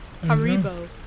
haribo